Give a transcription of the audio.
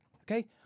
okay